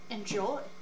Enjoy